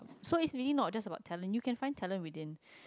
so it's really not just about talent you can find talent within